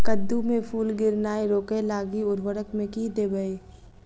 कद्दू मे फूल गिरनाय रोकय लागि उर्वरक मे की देबै?